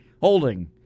Holding